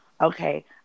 okay